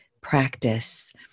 practice